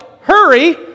hurry